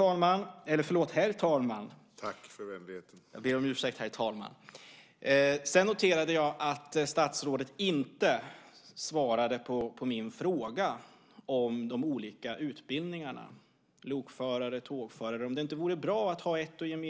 Herr talman! Sedan noterade jag att statsrådet inte svarade på min fråga om de olika utbildningarna, lokförare och tågförare. Vore det inte bra att ha en